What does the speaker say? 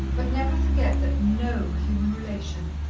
but never forget that no human relation,